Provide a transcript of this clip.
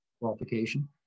qualification